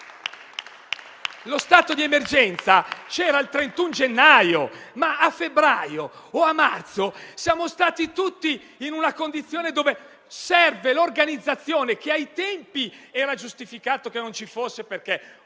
Lo stato di emergenza c'era il 31 gennaio, ma a febbraio o a marzo siamo stati tutti in una condizione in cui serviva l'organizzazione, ma ai tempi era giustificato che non ci fosse.